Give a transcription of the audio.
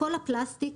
כל הפלסטיק,